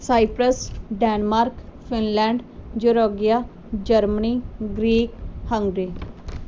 cypress Denmark Finland Georgia Germany Greek Hungary